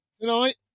tonight